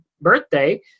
birthday